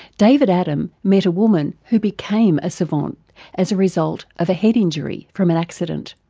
david adam met a woman who became a savant as a result of a head injury from an accident.